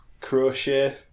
crochet